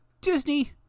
Disney